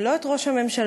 ולא את ראש הממשלה,